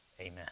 amen